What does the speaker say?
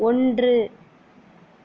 ஒன்று